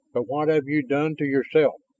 but what have you done to yourself?